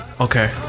Okay